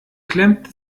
klemmte